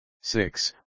six